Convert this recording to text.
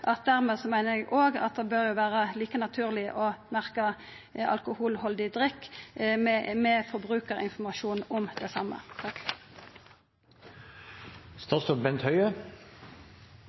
poeng. Dermed meiner eg òg at det bør vera like naturleg å merkja alkoholhaldig drikk med forbrukarinformasjon om det same.